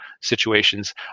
situations